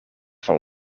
van